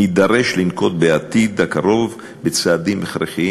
נידרש לנקוט בעתיד הקרוב צעדים הכרחיים.